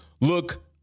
look